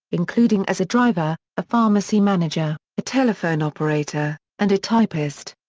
including as a driver, a pharmacy manager, a telephone operator, and a typist.